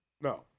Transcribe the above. No